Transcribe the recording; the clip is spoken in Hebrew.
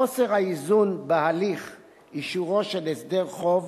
חוסר האיזון בהליך אישורו של הסדר חוב